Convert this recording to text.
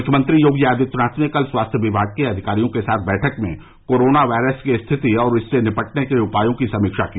मुख्यमंत्री योगी आदित्यनाथ ने कल स्वास्थ्य विभाग के अधिकारियों के साथ बैठक में कोरोना वायरस की स्थिति और इससे निपटने के उपायों की समीक्षा की